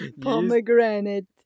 Pomegranate